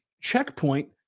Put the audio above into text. checkpoint